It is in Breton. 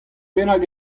bennak